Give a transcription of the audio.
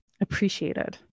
appreciated